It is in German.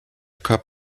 cup